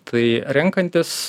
tai renkantis